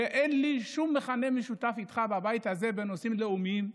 אין לי שום מכנה משותף איתך בבית הזה בנושאים לאומיים,